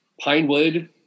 Pinewood